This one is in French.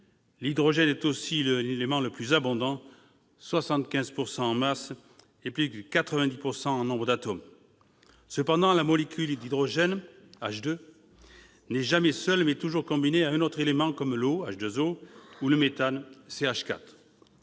L'hydrogène est aussi l'élément le plus abondant : 75 % en masse et plus de 90 % en nombre d'atomes. Cependant, la molécule d'hydrogène, H2, n'est plus jamais seule. Elle est toujours combinée à un autre élément comme l'eau, H20, ou le méthane, CH4.